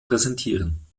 präsentieren